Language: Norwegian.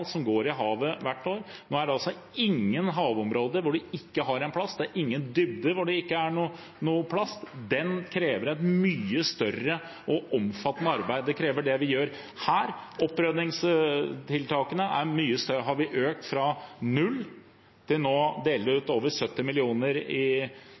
som går i havet hvert år – det er nå ingen havområder hvor det ikke er plast, det er ingen dybder hvor det ikke er noe plast – krever det et mye større og mer omfattende arbeid. Det krever det vi gjør her. Opprydningstiltakene har vi økt fra null til nå å dele ut over 70 mill. kr, som vi gjorde i